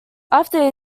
after